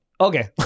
Okay